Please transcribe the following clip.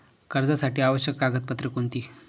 कर्जासाठी आवश्यक कागदपत्रे कोणती?